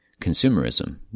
consumerism